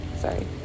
sorry